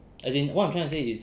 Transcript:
as in what I'm trying to say is